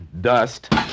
dust